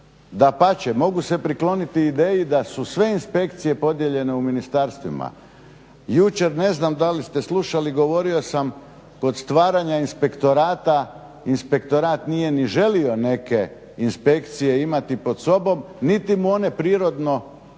Dapače, mogu se prikloniti ideji da su sve inspekcije podijeljene u ministarstvima. Jučer ne znam da li ste slušali govorio sam kod stvaranja inspektorata, inspektorat nije ni želio neke inspekcije imati pod sobom niti mu one prirodno pripadaju